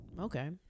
Okay